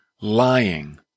Lying